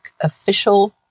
Official